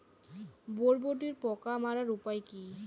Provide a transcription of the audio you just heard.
বরবটির পোকা মারার উপায় কি?